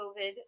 COVID